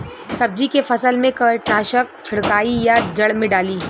सब्जी के फसल मे कीटनाशक छिड़काई या जड़ मे डाली?